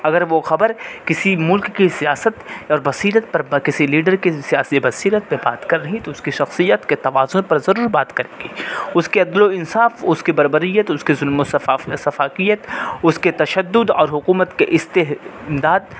اگر وہ خبر کسی ملک کی سیاست اور بصیرت پر کسی لیڈر کی سیاسی بصیرت پہ بات کر رہی تو اس کی شخصیت کے توازن پر ضرور بات کرے گی اس کے عدل و انصاف اس کی بربریت اور اس کے ظلم و سفاکیت اس کے تشدد اور حکومت کے استہداد